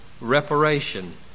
reparation